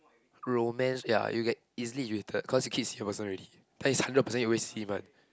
romance ya you get easily irritated cause you keep seeing the person already then is hundred percent you always see him [what]